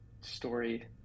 story